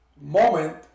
moment